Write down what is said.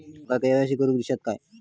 माका के.वाय.सी करून दिश्यात काय?